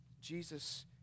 Jesus